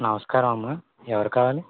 నమస్కారం అమ్మ ఎవరు కావాలి